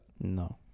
No